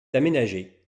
aménagée